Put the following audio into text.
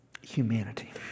humanity